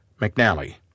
McNally